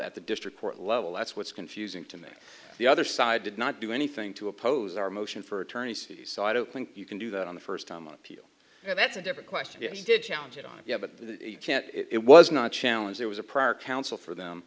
at the district court level that's what's confusing to me the other side did not do anything to oppose our motion for attorneys so i don't think you can do that on the first time on appeal that's a different question yes you did challenge it on yeah but you can't it was not a challenge there was a prior counsel for them